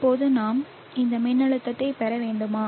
இப்போது நாம் இந்த மின்னழுத்தத்தைப் பெற வேண்டுமா